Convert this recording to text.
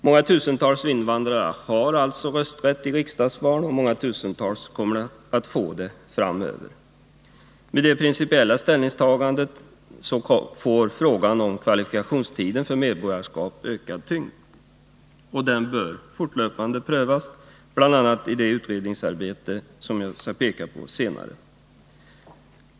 Många tusental invandrare har alltså rösträtt i riksdagsval och många tusental kommer att få det åren framöver. Med det principiella ställningstagandet får frågan om kvalifikationstiden för medborgarskap ökad tyngd och bör fortlöpande prövas, bl.a. i det utredningsarbete som jag kommer att peka på senare.